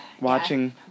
Watching